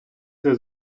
цей